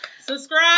subscribe